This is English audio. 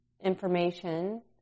information